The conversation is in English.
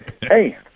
Hey